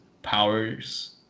Powers